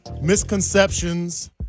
misconceptions